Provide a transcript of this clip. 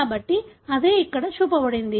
కాబట్టి అదే ఇక్కడ చూపబడింది